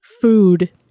food